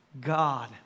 God